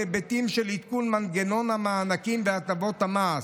בהיבטים של עדכון מנגנון המענקים והטבות המס,